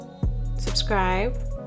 subscribe